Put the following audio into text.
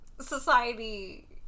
society